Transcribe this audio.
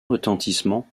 retentissement